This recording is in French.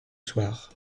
soir